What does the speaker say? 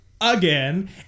again